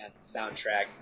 soundtrack